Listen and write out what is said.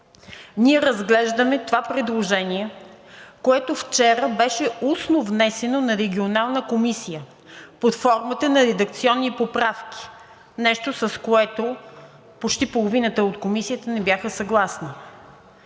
Ние разглеждаме това предложение, което вчера беше устно внесено на Регионална комисия под формата на редакционни поправки, нещо, с което почти половината от Комисията не бяха съгласни.